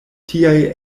tiaj